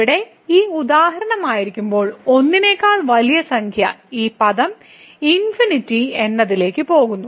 ഇവിടെ ഈ x ഉദാഹരണമായിരിക്കുമ്പോൾ 1 നെക്കാൾ വലിയ സംഖ്യ ഈ പദം എന്നതിലേക്ക് പോകുന്നു